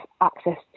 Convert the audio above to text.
access